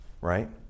right